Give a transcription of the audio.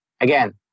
Again